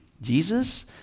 Jesus